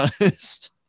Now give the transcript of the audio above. honest